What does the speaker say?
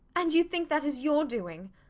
and you think that is your doing.